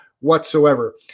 whatsoever